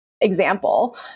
example